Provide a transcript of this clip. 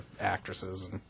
actresses